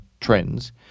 trends